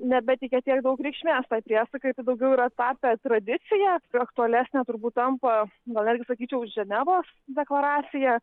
nebeteikia tiek daug reikšmės priesakai tai daugiau yra tapę tradicija kai aktualesnė turbūt tampa gal netgi sakyčiau ženevos deklaracija